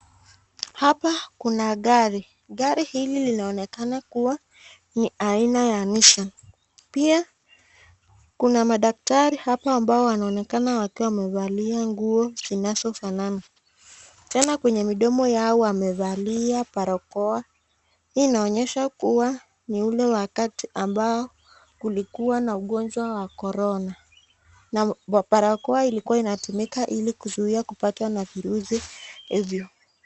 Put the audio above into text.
Hapa kuna gari. Gari hili linaonekana kuwa ni aina ya Nissan. Pia kuna madaktari hapa ambao wanaonekana wakiwa wamevalia nguo zinazofanana. Tena kwenye midomo yao wamevalia barakoa. Hii inaonyesha kuwa ni ule wakati ambao kulikuwa na ugonjwa wa Corona. Na barakoa ilikuwa inatumika ili kuzuia kupatwa na virusi hivyo.